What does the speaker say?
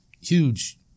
huge